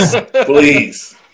please